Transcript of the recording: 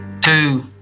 two